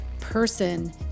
person